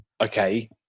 okay